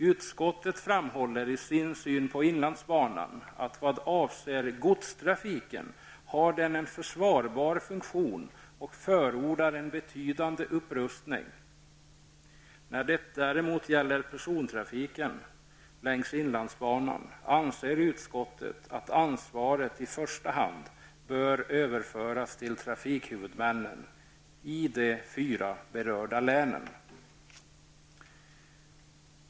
Utskottet framhåller i sin syn på inlandsbanan att godstrafiken har en försvarbar funktion, och utskottet förordar en betydande upprustning. När det däremot gäller persontrafiken längs inlandsbanan anser utskottet att ansvaret i första hand bör överföras till trafikhuvudmännen i de fyra berörda länen.